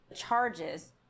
charges